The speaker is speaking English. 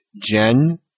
Jen